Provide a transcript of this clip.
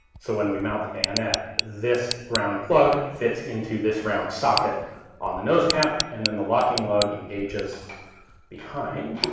so when we mount the bayonet, this round plug fits into this round socket on the nose cap and then the locking lug engages behind